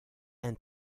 and